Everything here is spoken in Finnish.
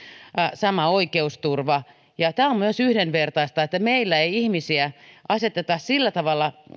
sama oikeusturva tämä on myös yhdenvertaista että meillä ei ihmisiä aseteta sillä tavalla